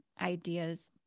ideas